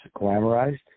glamorized